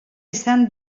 izan